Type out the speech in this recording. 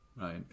right